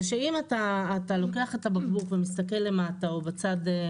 אם אתה לוקח את הבקבוק ומסתכל למטה או בצד,